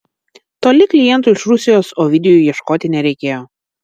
toli klientų iš rusijos ovidijui ieškoti nereikėjo